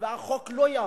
והחוק לא יעבור.